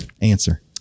Answer